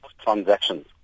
transactions